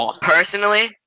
personally